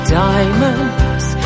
diamonds